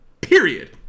Period